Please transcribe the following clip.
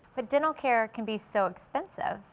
but dental care can be so expensive.